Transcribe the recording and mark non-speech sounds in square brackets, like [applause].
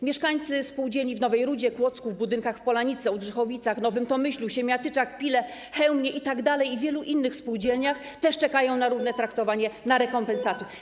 Mieszkańcy spółdzielni w Nowej Rudzie, Kłodzku, budynków w Polanicy, Ołdrzychowicach, Nowym Tomyślu, Siemiatyczach, Pile, Chełmnie itd. i wielu innych spółdzielni [noise] też czekają na równe traktowanie, na rekompensaty.